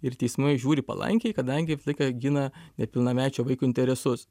ir teismai žiūri palankiai kadangi visą laiką gina nepilnamečio vaiko interesus